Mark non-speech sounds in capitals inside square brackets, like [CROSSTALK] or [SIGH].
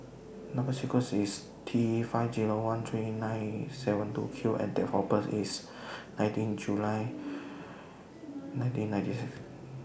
Number sequence IS T five Zero one three nine seven two Q and Date of birth IS nineteen July [NOISE] nineteen ninety six